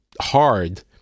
hard